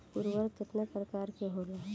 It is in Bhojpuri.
उर्वरक केतना प्रकार के होला?